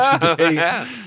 today